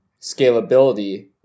scalability